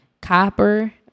copper